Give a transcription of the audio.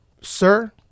sir